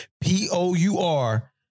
P-O-U-R